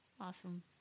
Awesome